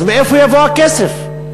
אז מאיפה יבוא הכסף?